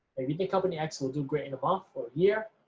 if you think company x will do great in a month or a year,